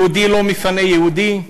יהודי לא מפנה יהודי,